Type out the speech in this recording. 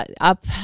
up